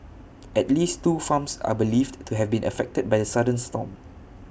at least two farms are believed to have been affected by sudden storm